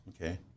Okay